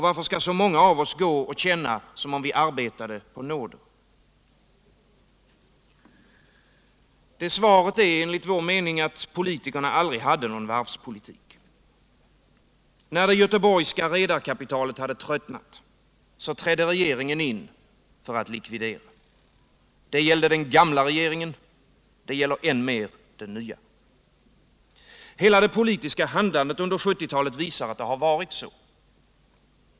Varför skall så många av oss gå och känna det som om arbetade vi på nåder? Svaret är att politikerna aldrig hade någon varvspolitik. När det göteborgska redarkapitalet tröttnat, trädde regeringen in för att likvidera. Det gällde den gamla regeringen. Det gäller än mer den nya. Hela det politiska handlandet under 1970-talet visar att det varit så.